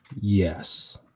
Yes